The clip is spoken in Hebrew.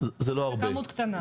זה כמות קטנה.